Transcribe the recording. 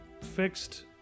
Fixed